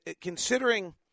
considering